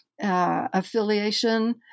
affiliation